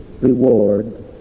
reward